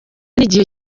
n’igihe